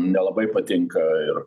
nelabai patinka ir